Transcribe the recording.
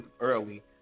Early